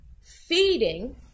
feeding